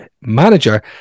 manager